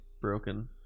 broken